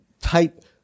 type